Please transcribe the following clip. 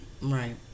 Right